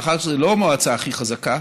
מאחר שזו לא מועצה הכי חזקה,